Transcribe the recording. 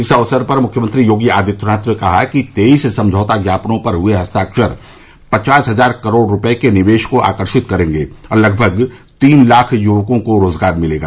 इस अक्सर पर मुख्यमंत्री योगी आदित्यनाथ ने कहा कि तेइस समझौता ज्ञापनों पर हुए हस्ताक्षर पचास हजार करोड़ रूपये के निवेश को आकर्षित करेंगे और लगभग तीन लाख युवकों को रोजगार मिलेगा